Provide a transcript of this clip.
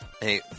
hey